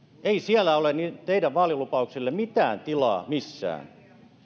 ei siellä ole teidän vaalilupauksillenne mitään tilaa missään